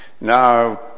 Now